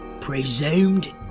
Presumed